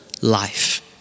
life